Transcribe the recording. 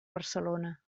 barcelona